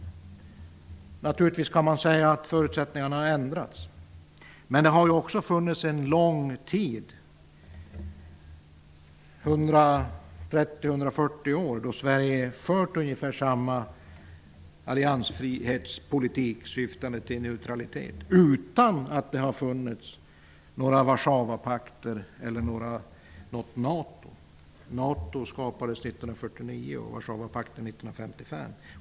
Man kan naturligtvis säga att förutsättningarna har ändrats, men Sverige har också under lång tid, i 130--140 år, fört ungefär samma alliansfrihetspolitik, syftande till neutralitet, utan att NATO eller Warszawapakten fanns. NATO skapades 1949 och Warszawapakten 1955.